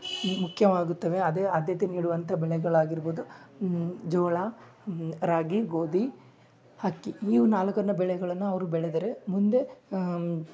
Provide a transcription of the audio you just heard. ಮುಖ್ಯವಾಗುತ್ತವೆ ಅದೇ ಆದ್ಯತೆ ನೀಡುವಂಥ ಬೆಳೆಗಳಾಗಿರ್ಬೋದು ಜೋಳ ರಾಗಿ ಗೋಧಿ ಅಕ್ಕಿ ಇವು ನಾಲ್ಕನ್ನು ಬೆಳೆಗಳನ್ನು ಅವರು ಬೆಳೆದರೆ ಮುಂದೆ